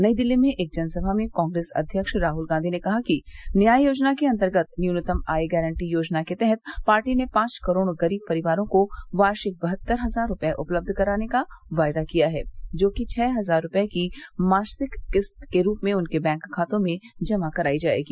नई दिल्ली में एक जनसभा में कांग्रेस अध्यक्ष राहुल गांधी ने कहा कि न्याय योजना के अन्तर्गत न्यूनतम आय गारंटी योजना के तहत पार्टी ने पांच करोड़ गरीब परिवारों को वार्षिक बहत्तर हजार रुपये उपलब्ध कराने का वायदा किया है जोकि छह हजार रुपये की मासिक किस्त के रूप में उनके बैंक खातों में जमा कराई जायेगी